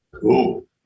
Cool